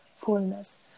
fullness